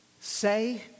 say